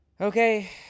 okay